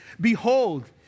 behold